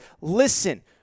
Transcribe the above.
listen